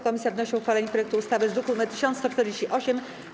Komisja wnosi o uchwalenie projektu ustawy z druku nr 1148.